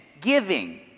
giving